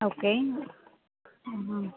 okay ம்